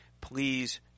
please